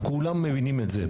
כולם מבינים את זה.